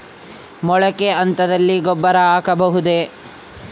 ಮೊಳಕೆ ಹಂತದಲ್ಲಿ ಗೊಬ್ಬರ ಹಾಕಬಹುದೇ?